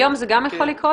היום זה גם יכול לקרות?